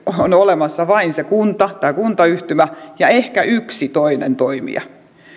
on olemassa vain se kunta tai kuntayhtymä ja ehkä yksi toinen toimija